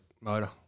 motor